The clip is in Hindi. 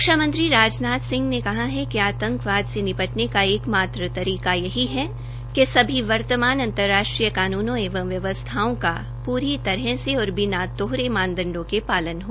रक्षा मंत्री राजनाथ सिंह ने कहा है कि आतंकवाद से निपटने का एकमात्र तरीका यही है कि सभी वर्तमान अंतर्राष्ट्री कानूनों एवं व्यवस्थाओं का पूरी तरह से और बिना दोहरे मानदण्डों के पालन हो